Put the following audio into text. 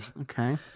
okay